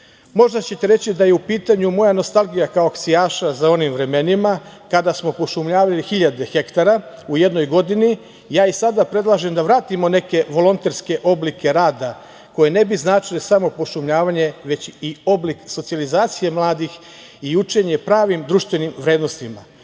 ćete reći da je u pitanju moja nostalgija kao akcijaša za onim vremenima kada smo pošumljavali hiljade hektara u jednoj godini. Ja i sada predlažem da vratimo neke volonterske oblike rada, koje ne bi značile samo pošumljavanje, već i oblik socijalizacije mladih i učenje pravim društvenim vrednostima,